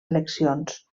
eleccions